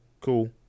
cool